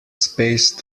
space